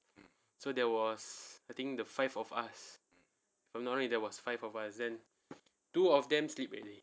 so there was I think the five of us if I'm not wrong there was five of us then two of them sleep already